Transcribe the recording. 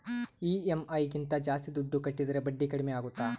EMI ಗಿಂತ ಜಾಸ್ತಿ ದುಡ್ಡು ಕಟ್ಟಿದರೆ ಬಡ್ಡಿ ಕಡಿಮೆ ಆಗುತ್ತಾ?